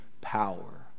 power